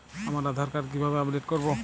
আমার আধার কার্ড কিভাবে আপডেট করব?